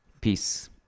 peace